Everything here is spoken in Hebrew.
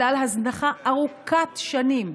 בגלל הזנחה ארוכת שנים,